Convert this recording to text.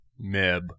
Meb